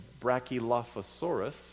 Brachylophosaurus